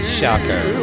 Shocker